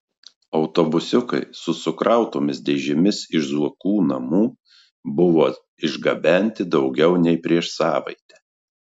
autobusiukai su sukrautomis dėžėmis iš zuokų namų buvo išgabenti daugiau nei prieš savaitę